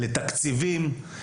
לתקציבים,